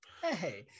Hey